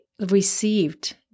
received